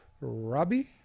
Robbie